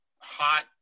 hot